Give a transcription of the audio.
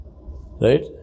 Right